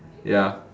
ya